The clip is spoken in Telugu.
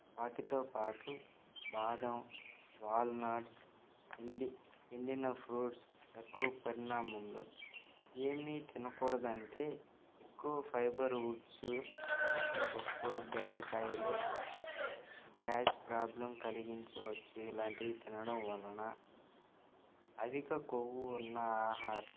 వాటితో పాటు బాదాం వాల్నట్స్ ఎండి ఎండిన ఫ్రూట్స్ తక్కువ పరిణామములో ఏమీ తినకూడదు అంటే ఎక్కువ ఫైబర్ ఫుడ్సు పెసలపప్పు బెండకాయలు గ్యాస్ ప్రాబ్లెమ్ కలిగించవచ్చు ఇలాంటివి తినడం వలన అధిక కొవ్వు ఉన్న ఆహారం